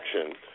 action